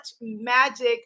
magic